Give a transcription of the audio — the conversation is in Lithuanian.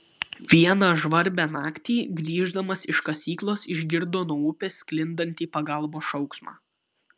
vieną žvarbią naktį grįždamas iš kasyklos išgirdo nuo upės sklindantį pagalbos šauksmą